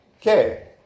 Okay